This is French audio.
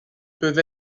peuvent